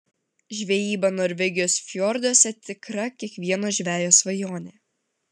žvejyba norvegijos fjorduose tikra kiekvieno žvejo svajonė